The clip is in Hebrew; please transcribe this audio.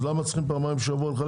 למה צריך לחלק פעמיים בשבוע?